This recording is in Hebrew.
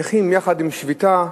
נכים יחד עם שביתה?